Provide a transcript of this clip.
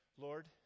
Lord